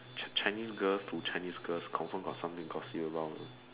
Chi~ chinese girl to chinese girls confirm got something to gossip about one